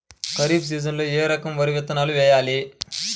ఖరీఫ్ సీజన్లో ఏ రకం వరి విత్తనాలు వేయాలి?